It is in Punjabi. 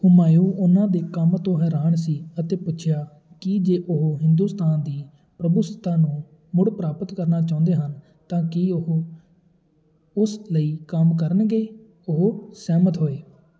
ਹੁਮਾਯੂੰ ਉਨ੍ਹਾਂ ਦੇ ਕੰਮ ਤੋਂ ਹੈਰਾਨ ਸੀ ਅਤੇ ਪੁੱਛਿਆ ਕਿ ਜੇ ਉਹ ਹਿੰਦੁਸਤਾਨ ਦੀ ਪ੍ਰਭੂਸੱਤਾ ਨੂੰ ਮੁੜ ਪ੍ਰਾਪਤ ਕਰਨਾ ਚਾਹੁੰਦੇ ਹਨ ਤਾਂ ਕੀ ਉਹ ਉਸ ਲਈ ਕੰਮ ਕਰਨਗੇ ਉਹ ਸਹਿਮਤ ਹੋਏ